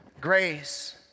grace